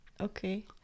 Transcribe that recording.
Okay